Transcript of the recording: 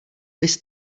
viz